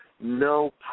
no